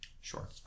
Sure